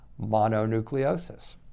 mononucleosis